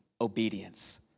obedience